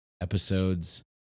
episodes